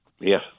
Yes